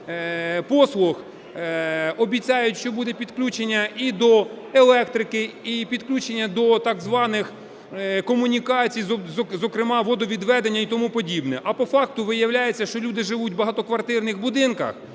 послуг. Обіцяють, що буде підключення і до електрики і підключення до так званих комунікацій, зокрема водовідведення і тому подібне. А по факту виявляється, що люди живуть в багатоквартирних будинках,